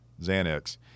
Xanax